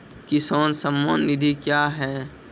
किसान सम्मान निधि क्या हैं?